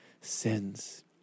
sins